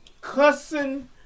cussing